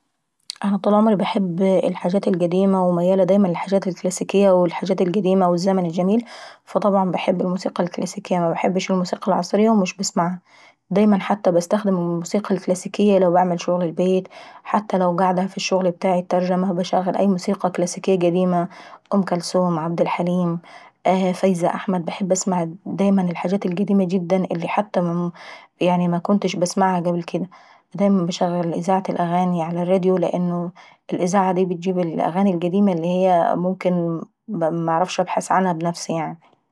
انا طول عمري باحب الحاجات القديمة وميالة دايما الحاجات الكلاسيكية وحاجات الزمن الجميل، فطبعا باحب الموسيقى الكلاسيكية، ومبحبش الموسيقى العصرية ومش بسمعها، دايما حتى باستخدم الموسيقى الكلاسيكية لما نكون بعمل شغل البيت، حتى لو قاعدة ف الشغل بتاعاي ع الترجمة وبشغل اي موسيقى كلاسيكية قديمة زي ام كلثوم، عبد الحليم، وفايزة احمد وباحب اسمع دايما الحاجات القديمة جدا اللي مكنتش عنسمعها قبل كدا. دايما باشغل ااذاعة الاغاني ع الراديو لان الااعة داي بتجيب الاغاني القديمة اللي منعرفش نبحث عناه بنفسي يعناي.